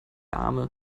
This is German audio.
arme